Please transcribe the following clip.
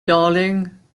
darling